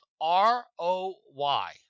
R-O-Y